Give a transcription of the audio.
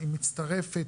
היא מצטרפת,